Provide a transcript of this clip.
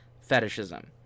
Fetishism